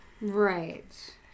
right